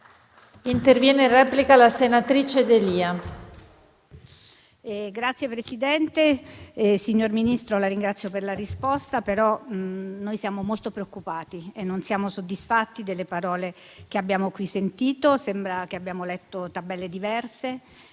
*(PD-IDP)*. Signor Ministro, la ringrazio per la risposta, però noi siamo molto preoccupati e non siamo soddisfatti delle parole che abbiamo qui sentito. Sembra che abbiamo letto tabelle diverse